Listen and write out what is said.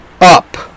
up